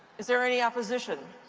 is there any opposition?